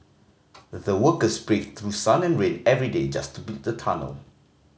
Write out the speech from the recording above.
the workers braved through sun and rain every day just to build the tunnel